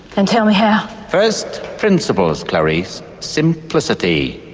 and tell me how. first principles clarice, simplicity,